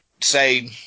say